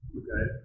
okay